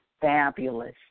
fabulous